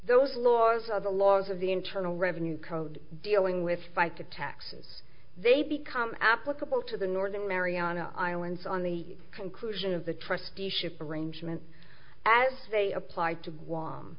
those laws are the laws of the internal revenue code dealing with fica taxes they become applicable to the northern mariana islands on the conclusion of the trusteeship arrangement as they applied to guam